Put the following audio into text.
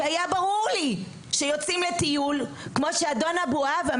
כי היה ברור לי שכשיוצאים לטיול כמו שאמר אדון אבוהב,